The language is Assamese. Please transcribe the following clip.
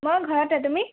মই ঘৰতে তুমি